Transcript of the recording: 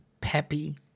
Peppy